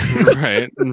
Right